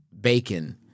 bacon